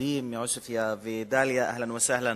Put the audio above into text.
המכובדים מעוספיא ודאליה, אהלן וסהלן.